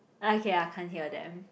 okay I can't hear them